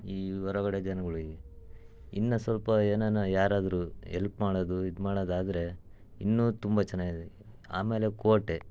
ಈ ಹೊರಗಡೆ ಜನ್ಗಳಿಗೆ ಇನ್ನೂ ಸ್ವಲ್ಪ ಏನಾರ ಯಾರಾದರೂ ಎಲ್ಪ್ ಮಾಡೋದು ಇದು ಮಾಡೋದಾದರೆ ಇನ್ನೂ ತುಂಬ ಚೆನ್ನಾಗಿದೆ ಆಮೇಲೆ ಕೋಟೆ